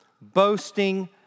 boasting